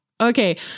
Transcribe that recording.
Okay